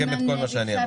ב-100% כמעט.